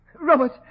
Robert